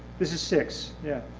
this is six. yeah